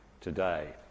today